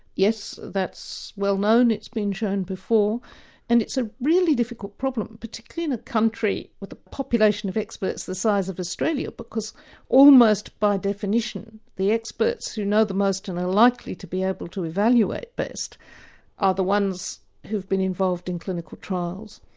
yes, that's well know, it's been shown before and it's a really difficult problem particularly in a country with a population of experts the size of australia because almost by definition the experts who know the most and are likely to be able to evaluate best are the ones who've been involved in clinical trials.